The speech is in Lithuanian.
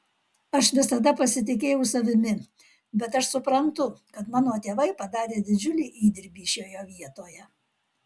aš visada pasitikėjau savimi bet aš suprantu kad mano tėvai padarė didžiulį įdirbį šioje vietoje